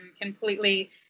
completely